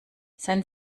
sein